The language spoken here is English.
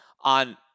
on